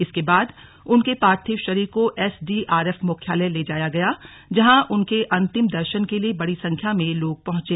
इसके बाद उनके पार्थिव शरीर को एसडीआरएफ मुख्यालय ले जाया गया जहां उनके अंतिम दर्शन के लिए बड़ी संख्या में लोग पहुंचे